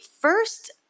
first